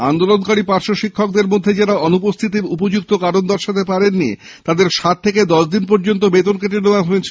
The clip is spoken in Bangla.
আন্দোলনকারী পার্শ্বশিক্ষকদের মধ্যে যারা অনুপস্থিতির উপযুক্ত কারণ দর্শাতে পারেননি তাদের সাত থেকে দশ দিন পর্যন্ত বেতন কেটে নেওয়া হয়েছে